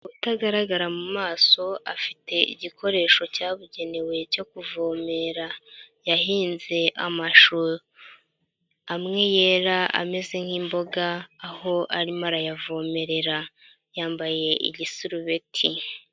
Utagaragara mu maso afite igikoresho cyabugenewe cyo kuvomera, yahinze amashu amwe yera ameze nk'imboga, aho arimo arayavomerera yambaye igisurubeti.